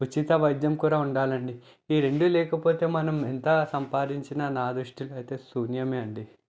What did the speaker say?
ఉచిత వైద్యం కూడా ఉండాలండి ఈ రెండు లేకపోతే మనం ఎంత సంపాదించిన నా దృష్టిలో అయితే శూన్యం అండి